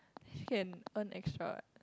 she can earn extra